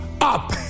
up